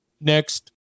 next